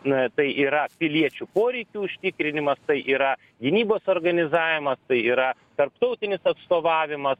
na tai yra piliečių poreikių užtikrinimas tai yra gynybos organizavimas tai yra tarptautinis atstovavimas